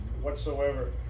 whatsoever